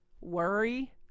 worry